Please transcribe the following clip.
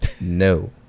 no